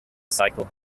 cycle